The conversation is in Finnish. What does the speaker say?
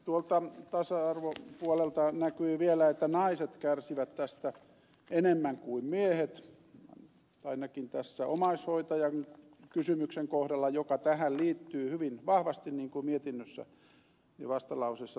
tuolta tasa arvopuolelta näkyi vielä että naiset kärsivät tästä enemmän kuin miehet ainakin tässä omaishoitajan kysymyksen kohdalla joka tähän liittyy hyvin vahvasti niin kuin mietinnössä ja vastalauseessa todetaan